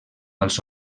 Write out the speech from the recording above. als